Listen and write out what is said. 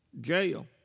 jail